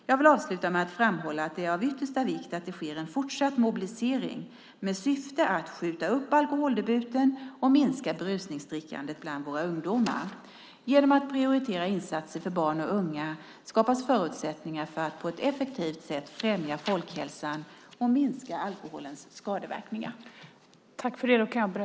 Jag vill avsluta med att framhålla att det är av yttersta vikt att det sker en fortsatt mobilisering med syfte att skjuta upp alkoholdebuten och att minska berusningsdrickandet bland våra ungdomar. Genom att prioritera insatser för barn och unga skapas förutsättningar för att på ett effektivt sätt främja folkhälsan och minska alkoholens skadeverkningar.